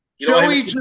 Joey